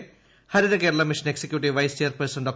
A Harithakeralam mission executive vice chairperson Dr